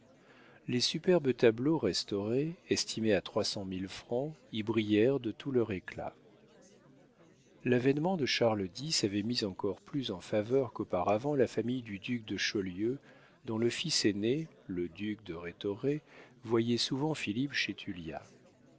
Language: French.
les superbes tableaux restaurés estimés à trois cent mille francs y brillèrent de tout leur éclat l'avénement de charles x avait mis encore plus en faveur qu'auparavant la famille du duc de chaulieu dont le fils aîné le duc de rhétoré voyait souvent philippe chez